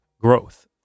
growth